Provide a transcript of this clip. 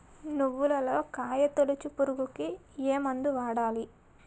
నువ్వులలో కాయ తోలుచు పురుగుకి ఏ మందు వాడాలి?